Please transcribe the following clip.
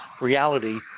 reality